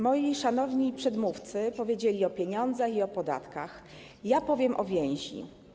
Moi szanowni przedmówcy powiedzieli o pieniądzach i o podatkach - ja powiem o więzi.